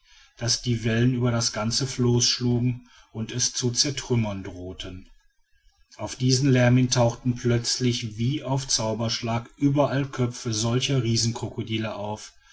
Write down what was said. daß die wellen über das ganze floß schlugen und es zu zertrümmern drohten auf diesen lärm hin tauchten plötzlich wie auf zauberschlag überall köpfe solcher riesenkrokodile auf